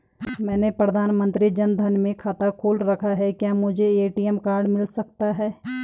मैंने प्रधानमंत्री जन धन में खाता खोल रखा है क्या मुझे ए.टी.एम कार्ड मिल सकता है?